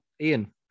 Ian